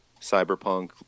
cyberpunk